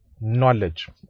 knowledge